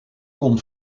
kon